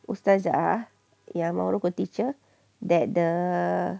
ustazah yang teacher that the